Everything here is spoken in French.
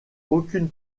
aucune